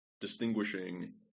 distinguishing